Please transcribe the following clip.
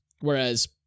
whereas